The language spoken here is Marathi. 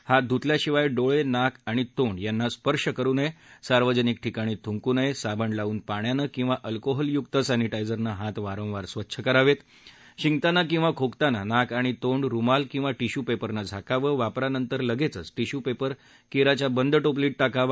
हात धुतल्याशिवाय डोळा नाक आणि तोंड यांना स्पर्श करु नया सार्वजनिक ठिकाणी थुंकू नया आबण लावून पाण्यानाक्रिवा अल्कोहोलयुक सॅनिटा क्रिरनाठ्यत वारंवार स्वच्छ करावा शिकताना किवा खोकताना नाक आणि तोंड रुमाल किंवा टिश्यू पाउनं झाकाव विपरानंतर लगत्ति टिश्यूपाउ करिच्या बंद टोपलीत टाकावा